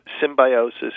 symbiosis